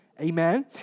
Amen